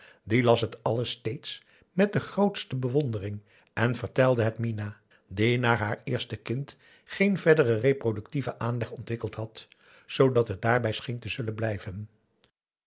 die las het alles steeds met de grootste bewondering en vertelde het minah die na haar eerste kind geen verderen reproductieven aanleg ontwikkeld had zoodat het dààrbij scheen te zullen blijven